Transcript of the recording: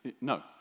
No